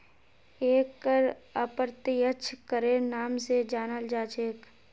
एक कर अप्रत्यक्ष करेर नाम स जानाल जा छेक